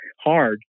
hard